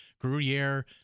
Gruyere